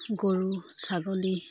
গৰু ছাগলী